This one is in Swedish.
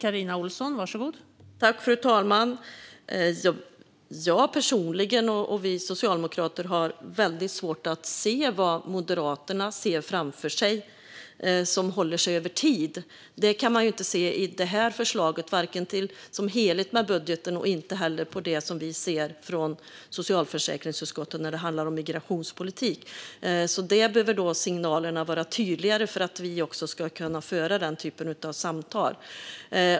Fru talman! Jag personligen och vi socialdemokrater har svårt att se vad Moderaterna ser framför sig som håller över tid. Det kan vi inte se i förslaget, inte i budgeten som helhet och heller i det som vi ser i socialförsäkringsutskottet när det handlar om migrationspolitik. Signalerna behöver vara tydligare om vi ska kunna föra den typen av samtal.